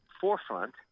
forefront